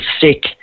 sick